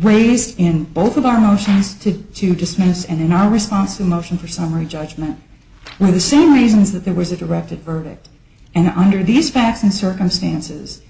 raised in both of our motions to to dismiss and in our response a motion for summary judgment were the same reasons that there was a directed verdict and under these facts and circumstances